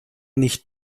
nicht